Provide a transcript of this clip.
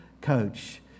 coach